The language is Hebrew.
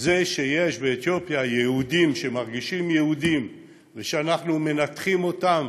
זה שיש באתיופיה יהודים שמרגישים יהודים ואנחנו מנתחים אותם